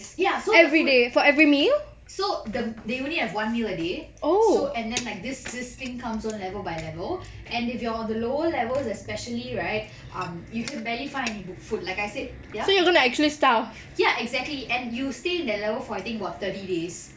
ya so the food so the they only have one meal a day so and then like this this thing comes on level by level and if you're the lower levels especially right um you can barely find any food like I said ya ya exactly and you stay in that level for I think about thirty days